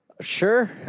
Sure